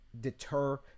deter